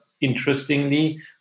interestingly